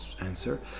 answer